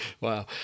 Wow